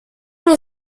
will